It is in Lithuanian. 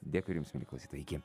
dėkui ir jums mieli klausytojai iki